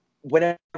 whenever